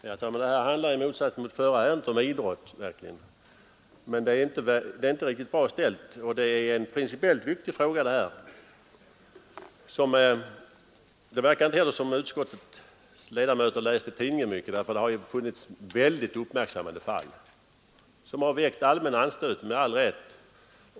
Herr talman! Det här ärendet handlar i motsats till det förra verkligen om idrott. Det är inte riktigt bra ställt i den här principiellt viktiga frågan. Utskottets ledamöter tycks inte läsa tidningar så mycket, för det har ju funnits väldigt uppmärksammade fall som väckt allmän anstöt, med all rätt.